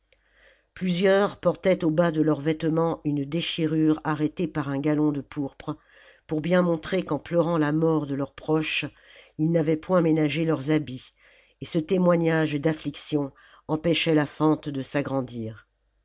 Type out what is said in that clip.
plusieurs portaient au bas de leur vêtement une déchirure arrêtée par un galon de pourpre pour bien montrer qu'en pleurant la mort de leurs proches ils n'avaient point ménagé leurs habits et ce témoignage d'affliction empêchait la fente de s'agrandir